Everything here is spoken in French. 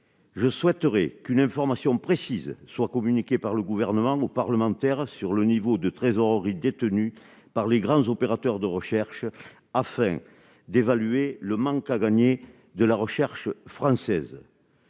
je souhaiterais qu'une information précise soient communiquées par le gouvernement aux parlementaires sur le niveau de trésorerie détenue par les grands opérateurs de recherche afin d'évaluer le manque à gagner de la recherche française.